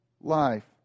life